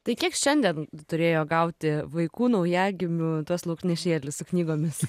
tai kiek šiandien turėjo gauti vaikų naujagimių tas lauknešėlis su knygomis